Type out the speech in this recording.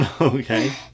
Okay